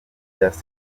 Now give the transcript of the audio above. just